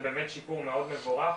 זה באמת שיפור מאוד מבורך.